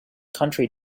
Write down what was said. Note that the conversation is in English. country